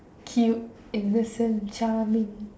cute innocent charming